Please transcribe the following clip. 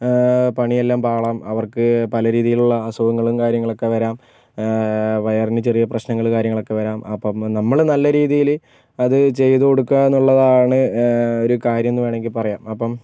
പണിയെല്ലാം പാളാം ആവർക്ക് പല രീതിയിലുള്ള അസുഖങ്ങളും കാര്യങ്ങളൊക്കെ വരാം വയറിന് ചെറിയ പ്രശ്നങ്ങള് കാര്യങ്ങള് ഒക്കെ വരാം അപ്പം നമ്മള് നല്ല രീതിയില് അത് ചെയ്ത് കൊടുക്കുക എന്ന് ഉള്ളതാണ് ഒരു കാര്യം എന്ന് വേണെങ്കിൽ പറയാം അപ്പം